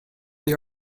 they